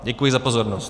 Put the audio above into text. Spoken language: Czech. Děkuji za pozornost.